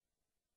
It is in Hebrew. שיח